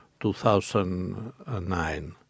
2009